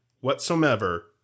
whatsoever